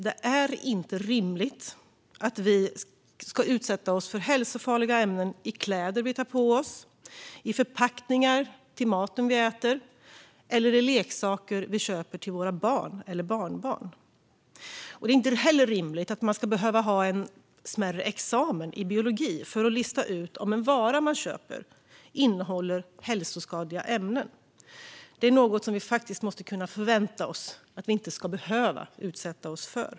Det är inte rimligt att vi ska utsätta oss för hälsofarliga ämnen i kläder som vi tar på oss, i förpackningar till maten som vi äter eller i leksaker som vi köper till våra barn eller barnbarn. Det är inte heller rimligt att man ska behöva ha en smärre examen i biologi för att kunna lista ut om en vara man köper innehåller hälsoskadliga ämnen. Det är något vi faktiskt måste kunna förvänta oss att vi inte ska behöva utsätta oss för.